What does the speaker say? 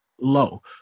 low